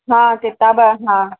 हा किताब हा